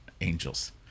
Angels